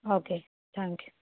okay thank you